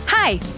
Hi